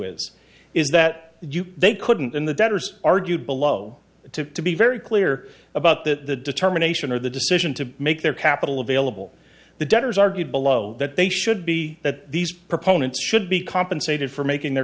is is that they couldn't in the debtor's argued below to be very clear about that the determination or the decision to make their capital available the debtors argued below that they should be that these proponents should be compensated for making their